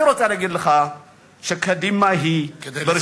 אני רוצה להגיד לך שקדימה, לסיים.